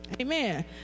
Amen